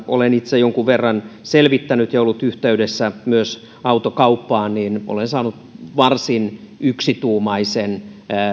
olen itse jonkun verran selvittänyt ja ollut yhteydessä myös autokauppaan ja olen saanut varsin yksituumaisen